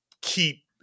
keep